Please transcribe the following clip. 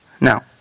Now